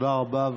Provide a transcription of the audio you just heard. תודה רבה.